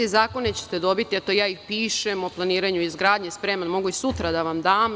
Zakone ćete dobiti, eto ja ih pišem, o planiranju i izgradnji, spreman, mogu i sutra da vam dam.